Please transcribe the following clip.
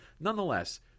nonetheless